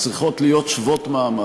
צריכות להיות שוות-מעמד,